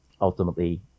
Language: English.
ultimately